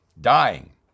dying